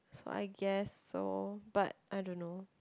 so I guess so but I don't know